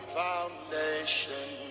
foundation